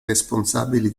responsabili